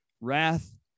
Wrath